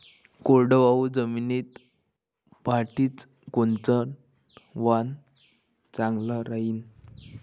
कोरडवाहू जमीनीत पऱ्हाटीचं कोनतं वान चांगलं रायीन?